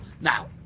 Now